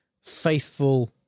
faithful